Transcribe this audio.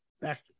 Back